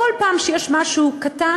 כל פעם שיש משהו קטן,